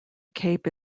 cape